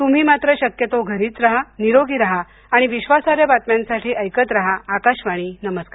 तुम्ही मात्र शक्यतो घरीच राहा निरोगी राहा आणि विश्वासार्ह बातम्यांसाठी एकत राहा आकाशवाणी नमस्कार